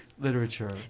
literature